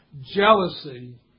jealousy